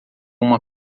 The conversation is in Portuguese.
uma